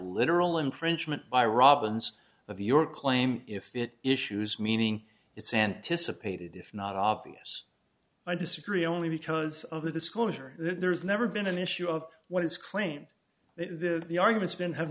literal infringement by robins of your claim if it issues meaning it's anticipated if not obvious i disagree only because of the disclosure there's never been an issue of what is claimed that the arguments been have